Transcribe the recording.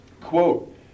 Quote